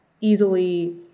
easily